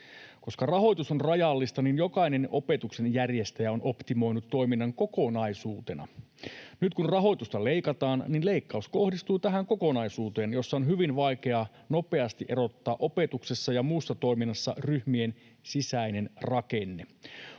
Koska rahoitus on rajallista, niin jokainen opetuksen järjestäjä on optimoinut toiminnan kokonaisuutena. Nyt kun rahoitusta leikataan, niin leikkaus kohdistuu tähän kokonaisuuteen, jossa on hyvin vaikeaa nopeasti erottaa opetuksessa ja muussa toiminnassa ryhmien sisäinen rakenne.